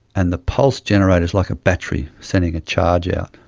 and the pulse generator is like a battery sending a charge out.